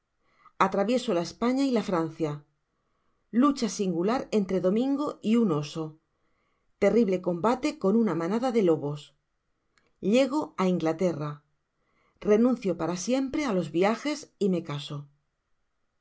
airavieso la españa y la francia lucha singular entre domingo y un oso terri ble combate con una manada de lobos llego á inglaterra renuncio para siempre á los viajes y me caso